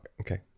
Okay